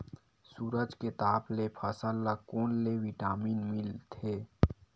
सूरज के ताप ले फसल ल कोन ले विटामिन मिल थे?